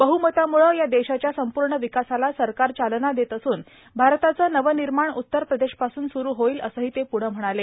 बहमतामुळे या देशाच्या संपूर्ण विकासाला सरकार चालना देत असून भारताचं नव निर्माण उत्तर प्रदेशपासून सुरू होईल असंही ते प्रढं म्हणाले